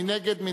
מי נגד?